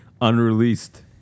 unreleased